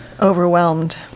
overwhelmed